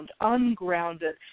ungrounded